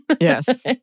Yes